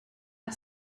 had